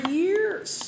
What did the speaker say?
years